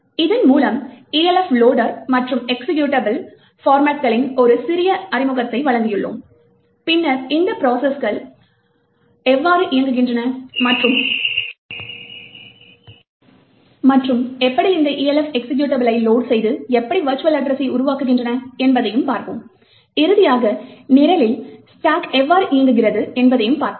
இதன் மூலம் Elf loader மற்றும் எக்சிகியூட்டபிள் போர்மட்களின் ஒரு சிறிய அறிமுகத்தை வழங்கியுள்ளோம் பின்னர் இந்த ப்ரோசஸ்கள் எவ்வாறு இயக்குகின்றன மற்றும் எப்படி இந்த Elf எக்சிகியூட்டபிள்களை லோட் செய்து எப்படி வெர்ச்சுவல் அட்ரஸை உருவாக்குகின்றன என்பதையும் பார்த்தோம் இறுதியாக நிரலில் ஸ்டாக் எவ்வாறு இயங்குகிறது என்பதையும் பார்த்தோம்